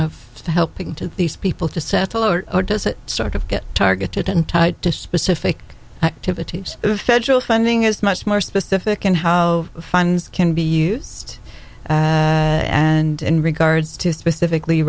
of helping to these people to settle or does it sort of get targeted and tied to specific activities of federal funding is much more specific and how funds can be used and in regards to specifically